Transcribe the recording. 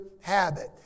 habit